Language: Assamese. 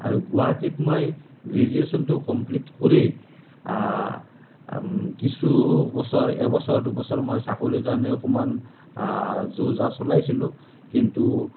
আৰু গুৱাহাটীত মই গ্ৰেজুৱেশ্যনটো কমপ্লিট কৰি কিছু বছৰ এবছৰ দুবছৰ মই চাকৰিৰ কাৰণে অকণমান যো জা চলাইছিলোঁ কিন্তু